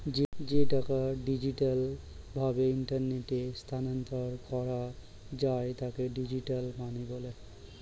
যে টাকা ডিজিটাল ভাবে ইন্টারনেটে স্থানান্তর করা যায় তাকে ডিজিটাল মানি বলে